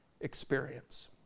experience